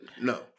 no